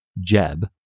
Jeb